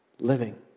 Living